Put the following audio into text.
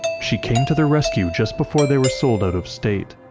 she came to their rescue just before they were sold out of state.